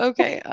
Okay